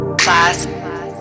class